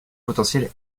potentiel